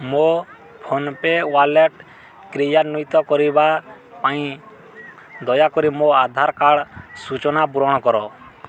ମୋ PhonePe wallet କ୍ରିୟାନ୍ଵିତ କରିବା ପାଇଁ ଦୟାକରି ମୋ ଆଧାର କାର୍ଡ଼ ସୂଚନା ପୂରଣ କର